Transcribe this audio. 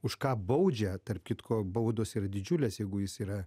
už ką baudžia tarp kitko baudos yra didžiulės jeigu jis yra